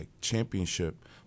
Championship